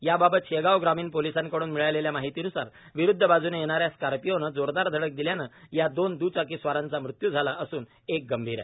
याबाबत शेगाव ग्रामीण पोलीसस्त्रांकडून मिळालेल्या माहितीन्सार विरुद्ध बाजूने येणाऱ्या स्कार्पिओ ने जोरदार धडक दिल्याने या दोन दुचकीस्वाराचा मृत्यू झाला असून एक गंभीर आहे